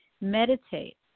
Meditate